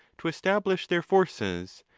to establish their forces,